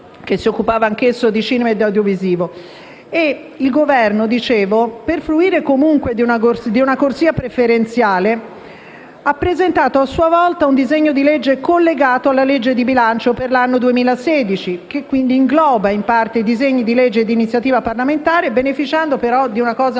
Il Governo, per fruire di una corsia preferenziale, ha presentato, a sua volta, un disegno di legge collegato alla legge di bilancio per l'anno 2016, che quindi ingloba in parte i disegni di legge d'iniziativa parlamentare, beneficiando di una cosa